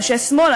אנשי שמאל,